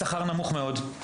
בגלל שכר נמוך מאוד.